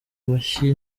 amashyi